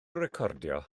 recordio